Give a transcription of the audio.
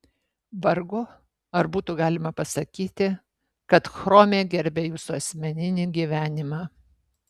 vargu ar būtų galima pasakyti kad chrome gerbia jūsų asmeninį gyvenimą